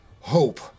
hope